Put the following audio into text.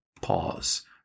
pause